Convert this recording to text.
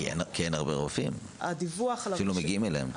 כי אין הרבה רופאים, שלא מגיעים אליהם.